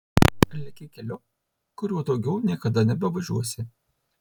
leki keliu kuriuo daugiau niekada nebevažiuosi